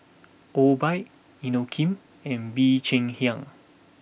Obike Inokim and Bee Cheng Hiang